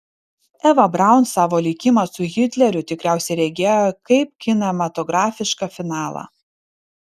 eva braun savo likimą su hitleriu tikriausiai regėjo kaip kinematografišką finalą